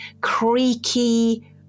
creaky